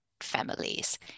families